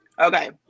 okay